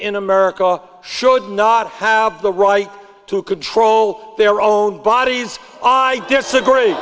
in america should not have the right to control their own bodies i disagree